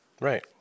Right